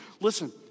listen